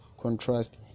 contrast